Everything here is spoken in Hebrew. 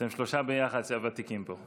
אתם שלושה ביחד, הוותיקים פה.